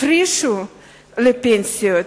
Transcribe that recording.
הפרישו לפנסיה,